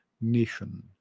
nation